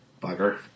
bugger